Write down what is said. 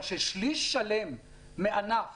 אבל כששליש שלם מענף